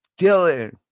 Dylan